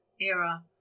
era